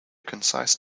concise